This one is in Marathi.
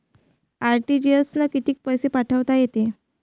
आर.टी.जी.एस न कितीक पैसे पाठवता येते?